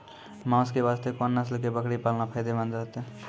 मांस के वास्ते कोंन नस्ल के बकरी पालना फायदे मंद रहतै?